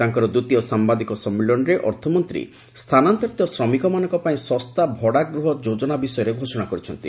ତାଙ୍କର ଦ୍ୱିତୀୟ ସାମ୍ବାଦିକ ସମ୍ମିଳନୀରେ ଅର୍ଥମନ୍ତ୍ରୀ ସ୍ଥାନାନ୍ତରିତ ଶ୍ରମିକମାନଙ୍କ ପାଇଁ ଶସ୍ତା ଭଡ଼ାଗୃହ ଯୋଜନା ବିଷୟରେ ଘୋଷଣା କରିଛନ୍ତି